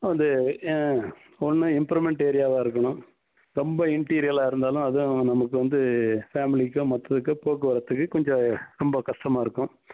அது ஒன்று இம்ப்ரூவ்மென்ட் ஏரியாவாக இருக்கணும் ரொம்ப இன்டீரியலா இருந்தாலும் அதுவும் நமக்கு வந்து ஃபேமிலிக்கும் மற்ற இதுக்கு போக்குவரத்துக்கு கொஞ்சம் ரொம்ப கஷ்டமாக இருக்கும்